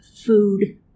food